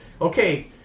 okay